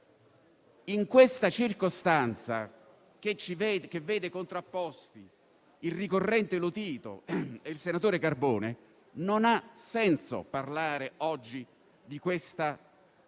In questa circostanza, che vede contrapposti il ricorrente Lotito e il senatore Carbone, non ha senso parlare oggi della normativa